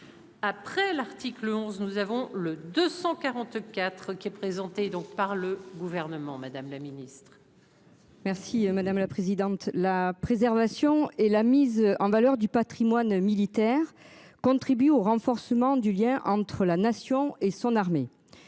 Après l'article. Le 11, nous avons le 244 qui est présenté donc par le gouvernement Madame la Ministre. Merci madame la présidente, la préservation et la mise en valeur du Patrimoine militaire. Contribuer au renforcement du lien entre la nation et son armée.